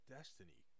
Destiny